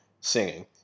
singing